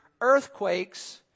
Earthquakes